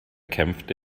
kämpfte